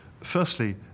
Firstly